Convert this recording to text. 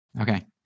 Okay